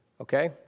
okay